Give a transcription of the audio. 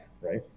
right